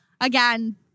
again